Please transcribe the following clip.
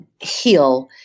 Heal